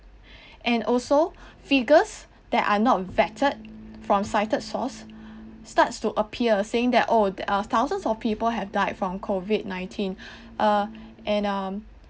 and also figures that are not infected from cited source starts to appear saying that oh uh thousands of people have died from COVID nineteen uh and um